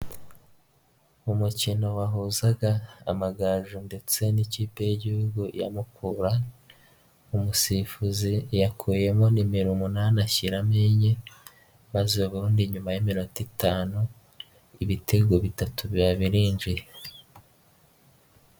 Mu mukino wahuzaga Amagaju ndetse n'ikipe y'igihugu ya Mukura, umusifuzi yakuyemo nimero umunani ashyiramo enye, maze nyuma y'iminota itanu ibitego bitatu biba birinjiye.